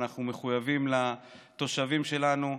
ואנחנו מחויבים לתושבים שלנו,